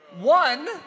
One